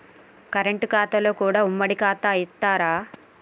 Current ఖాతాలో కూడా ఉమ్మడి ఖాతా ఇత్తరా?